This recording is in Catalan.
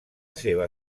seva